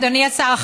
אדוני השר,